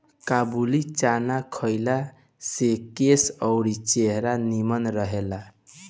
काबुली चाना खइला से केस अउरी चेहरा निमन रहेला